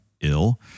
ill